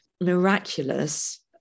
miraculous